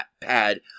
pad